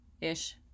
ish